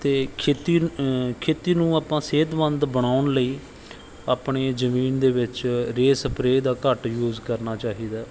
ਅਤੇ ਖੇਤੀ ਖੇਤੀ ਨੂੰ ਆਪਾਂ ਸਿਹਤਮੰਦ ਬਣਾਉਣ ਲਈ ਆਪਣੇ ਜ਼ਮੀਨ ਦੇ ਵਿੱਚ ਰੇਹ ਸਪਰੇਅ ਦਾ ਘੱਟ ਯੂਜ ਕਰਨਾ ਚਾਹੀਦਾ